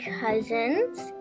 cousins